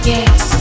Yes